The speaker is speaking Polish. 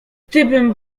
gdybym